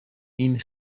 این